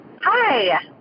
Hi